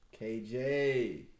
KJ